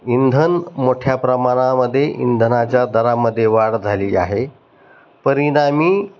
इंधन मोठ्या प्रमाणामध्ये इंधनाच्या दरामध्ये वाढ झाली आहे परिणामी